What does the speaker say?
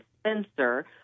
Spencer